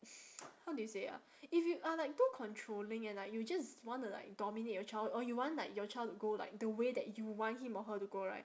how do you say ah if you are like too controlling and like you just want to like dominate your child or you want like your child to go like the way that you want him or her to go right